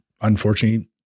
unfortunately